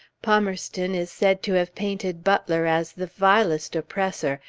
palmerston is said to have painted butler as the vilest oppressor,